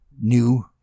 new